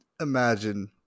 imagine